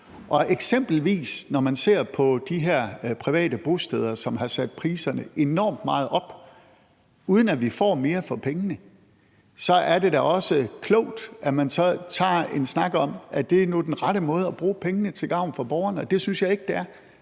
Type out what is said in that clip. man eksempelvis ser på de her private bosteder, som har sat priserne enormt meget op, uden at vi får mere for pengene, så er det da også klogt, at man så tager en snak om: Er det nu den rette måde at bruge pengene på til gavn for borgerne? Og det synes jeg ikke det er.